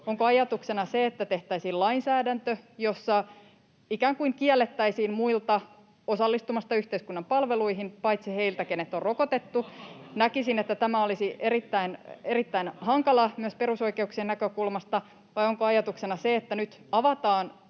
Onko ajatuksena se, että tehtäisiin lainsäädäntö, jossa ikään kuin kiellettäisiin muita osallistumasta yhteiskunnan palveluihin paitsi heitä, ketkä on rokotettu? Näkisin, että tämä olisi erittäin hankalaa myös perusoikeuksien näkökulmasta. Vai onko ajatuksena se, että nyt avataan